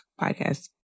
podcast